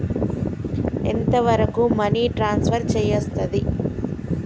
ఎంత వరకు money transfer చేయస్తది?